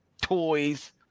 toys